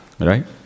Right